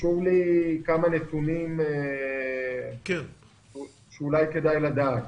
חשוב לי כמה נתונים שאולי כדאי לדעת.